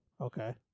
Okay